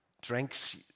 drinks